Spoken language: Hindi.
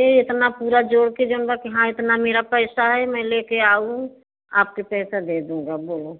ये इतना पूरा जोड़ के जोन बा कि हाँ इतना इतना मेरा पैसा है मैं लेके आऊँ आपके पैसा दे दूँगा बोलो